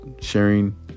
sharing